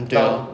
mm 对啊